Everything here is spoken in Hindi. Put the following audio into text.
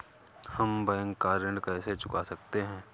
हम बैंक का ऋण कैसे चुका सकते हैं?